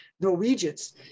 Norwegians